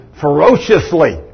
ferociously